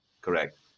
Correct